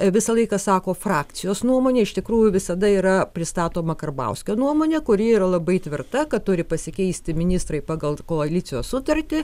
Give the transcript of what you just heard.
visą laiką sako frakcijos nuomonė iš tikrųjų visada yra pristatoma karbauskio nuomonė kuri yra labai tvirta kad turi pasikeisti ministrai pagal koalicijos sutartį